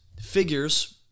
figures